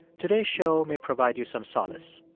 today's show may provide you some solace.